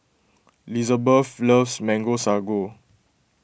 Lizbeth loves Mango Sago